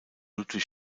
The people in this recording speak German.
ludwig